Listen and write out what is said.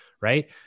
Right